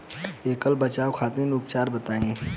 ऐकर बचाव खातिर उपचार बताई?